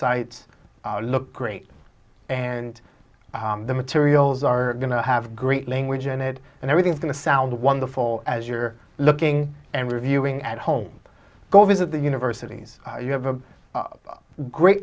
sites look great and the materials are going to have great language in it and everything is going to sound wonderful as you're looking and reviewing at home go visit the universities you have a great